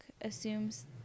assumes